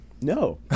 No